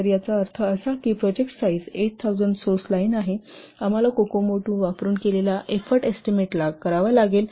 तर याचा अर्थ असा की प्रोजेक्ट साईज 8000 सोर्स लाइन आहे आम्हाला कोकोमो II वापरून केलेल्या एफोर्ट एस्टीमेट लागावा लागेल